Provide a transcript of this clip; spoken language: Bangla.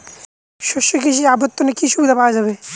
শস্য কৃষি অবর্তনে কি সুবিধা পাওয়া যাবে?